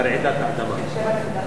ברעידת אדמה.